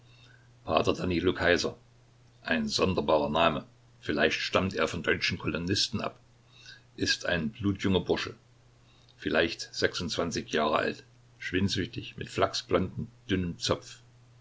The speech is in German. danilo kaiser ein sonderbarer name vielleicht stammt er von deutschen kolonisten ab ist ein blutjunger bursche vielleicht sechsundzwanzig jahre alt schwindsüchtig mit flachsblonden dünnem zopf